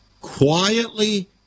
quietly